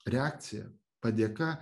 reakcija padėka